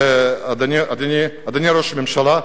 ואדוני ראש הממשלה,